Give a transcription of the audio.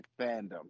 fandom